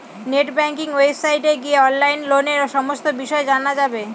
net banking ওয়েবসাইটে গিয়ে অনলাইনে লোনের সমস্ত বিষয় জানা যাবে